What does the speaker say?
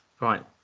Right